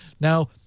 Now